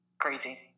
crazy